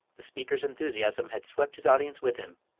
the speaker's enthusiasm had swept his audience with him,